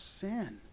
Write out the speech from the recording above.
sin